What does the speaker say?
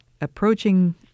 approaching